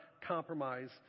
compromise